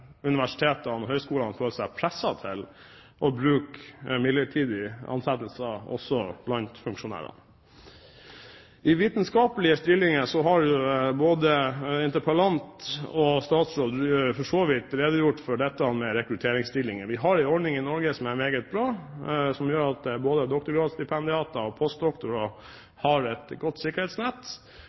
blant funksjonærer. Både interpellanten og statsråden har for så vidt redegjort for dette med rekrutteringsstillinger i vitenskapelige stillinger. Vi har en ordning i Norge som er meget bra, som gjør at både doktorgradsstipendiater og postdoktorer har et godt sikkerhetsnett.